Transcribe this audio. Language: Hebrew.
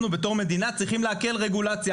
אנחנו בתור מדינה צריכים להקל רגולציה.